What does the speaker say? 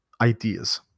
ideas